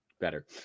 better